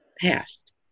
passed